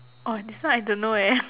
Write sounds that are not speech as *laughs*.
orh this one I don't know eh *laughs*